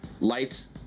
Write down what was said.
lights